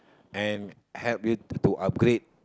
and help you to upgrade